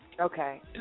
Okay